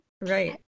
Right